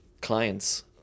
clients